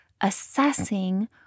assessing